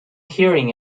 hearing